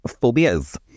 phobias